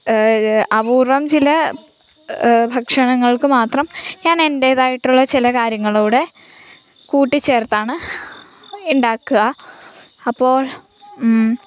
അപൂർവം ചില ഭക്ഷണങ്ങൾക്ക് മാത്രം ഞാൻ എന്റേതായിട്ടുള്ള ചില കാര്യങ്ങൾകൂടെ കൂട്ടിച്ചേർത്താണ് ഉണ്ടാക്കുക അപ്പോൾ